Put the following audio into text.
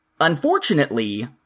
unfortunately